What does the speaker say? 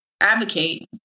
advocate